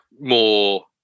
more